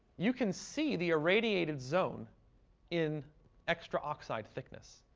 you can see the irradiated zone in extra oxide thickness.